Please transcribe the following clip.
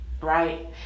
right